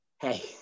hey